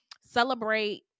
celebrate